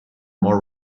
more